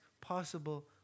possible